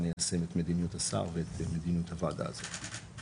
יישם את מדיניות השר ואת מדיניות הוועדה הזו.